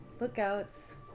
Lookouts